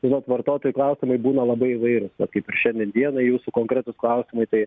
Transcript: tai vat vartotojų klausimai būna labai įvairūs va kaip ir šiandien dieną jūsų konkretūs klausimai tai